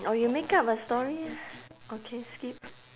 or you make up a story lah okay skip